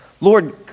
Lord